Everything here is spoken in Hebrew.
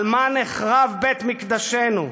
על מה נחרב בית מקדשנו,